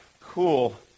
cool